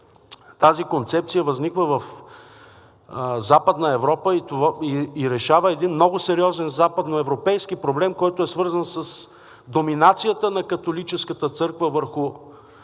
тази концепция възниква в Западна Европа и решава един много сериозен западноевропейски проблем, който е свързан с доминацията на католическата църква върху